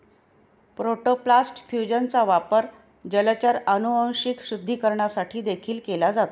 protoplast फ्यूजनचा वापर जलचर अनुवांशिक शुद्धीकरणासाठी देखील केला जातो